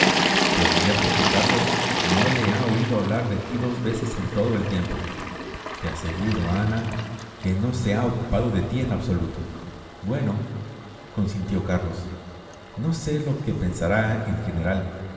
te advierto que carlos no le ha oído hablar de ti dos veces en todo el tiempo te aseguro ana que no se ha ocupado de ti en absoluto buenoconsintió carlos no sé lo que pensará en general